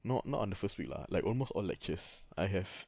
not not on the first week lah like almost all lectures I have